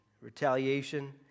retaliation